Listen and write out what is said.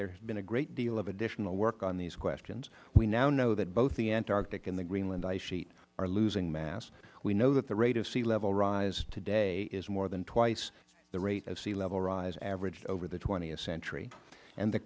there has been a great deal of additional work on these questions we now know that both the antarctic and the greenland ice sheet are losing mass we know that the rate of sea level rise today is more than twice the rate of sea level rise averaged over the th century and the